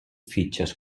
fitxes